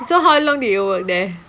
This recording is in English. so how long did you work there